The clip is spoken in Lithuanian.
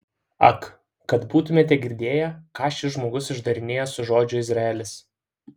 ak kad būtumėte girdėję ką šis žmogus išdarinėja su žodžiu izraelis